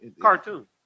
Cartoon